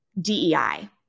DEI